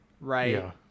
right